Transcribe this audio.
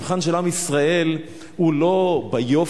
המבחן של עם ישראל הוא לא ביופי,